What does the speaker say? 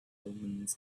omens